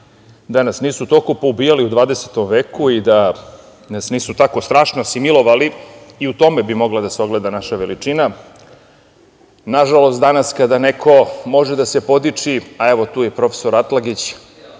da nas nisu toliko poubijali u 20. veku i da nas nisu tako strašno asimilovali, i u tome bi mogla da se ogleda naša veličina. Nažalost, danas kada neko može da se podiči, a evo, tu je i profesor Atlagić,